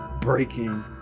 breaking